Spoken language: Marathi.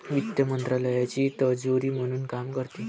वित्त मंत्रालयाची तिजोरी म्हणून काम करते